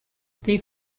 they